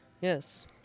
yes